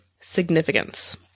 significance